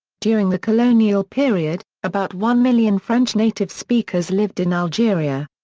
during the colonial period, about one million french native speakers lived in algeria.